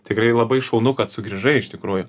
tikrai labai šaunu kad sugrįžai iš tikrųjų